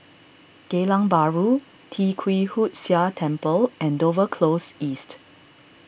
Geylang Bahru Tee Kwee Hood Sia Temple and Dover Close East